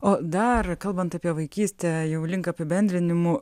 o dar kalbant apie vaikystę jau link apibendrinimų